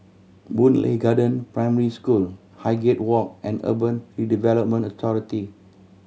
Boon Lay Garden Primary School Highgate Walk and Urban Redevelopment Authority